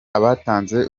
abatanze